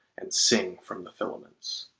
and sing from the filaments.